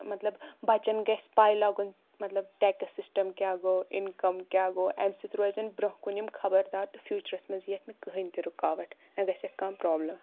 مطلب بچن گژھہِ پاے لَگُن مطلب ٹیٚکٕس سِسٹم کیاہ گوٚو اِنکَم کیاہ گوٚو امہِ سۭتۍ روٗزن برونٛہہ کُن یِم خبردار تہٕ فیوٗچرس منٛز یِیَکھ نہِ کٕہٕنۍ تہِ رُکاوٹ نہِ گژھیٚکھ کانٛہہ پرابلم